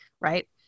right